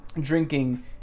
drinking